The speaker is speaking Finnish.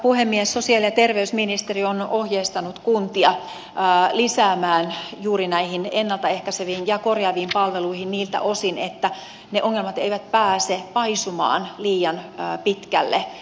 sosiaali ja terveysministeriö on ohjeistanut kuntia lisäämään juuri näihin ennalta ehkäiseviin ja korjaaviin palveluihin niiltä osin että ne ongelmat eivät pääse paisumaan liian pitkälle